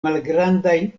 malgrandajn